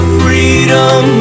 freedom